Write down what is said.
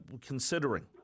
considering